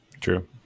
True